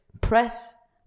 press